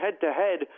head-to-head